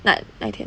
那那天